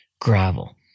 gravel